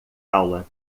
aula